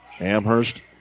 Amherst